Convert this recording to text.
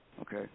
okay